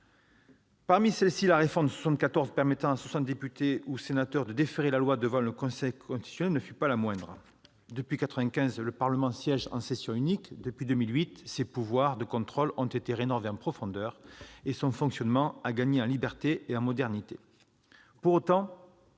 Parmi celles-ci, la réforme de 1974 permettant à soixante sénateurs ou soixante députés de déférer une loi devant le Conseil constitutionnel ne fut pas la moindre. Depuis 1995, le Parlement siège en session unique ; depuis 2008, ses pouvoirs de contrôle ont été rénovés en profondeur et son fonctionnement a gagné en liberté et en modernité. Pour autant,